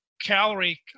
calorie